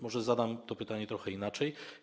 Może zadam to pytanie trochę inaczej.